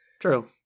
True